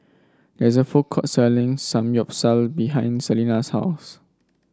there is a food court selling Samgyeopsal behind Celina's house